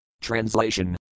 Translation